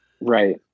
Right